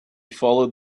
followed